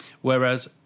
whereas